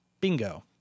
bingo